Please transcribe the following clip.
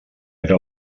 era